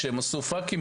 כשהם עשו פאקים,